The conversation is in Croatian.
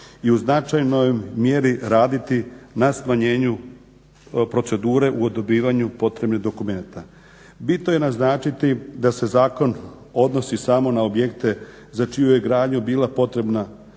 i u značajnoj mjeri raditi na smanjenju procedure u dobivanju potrebnih dokumenata. Bitno je naznačiti da se zakon odnosi samo na objekte za čiju je gradnju bila potrebna